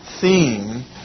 theme